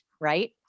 right